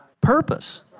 purpose